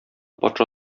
патша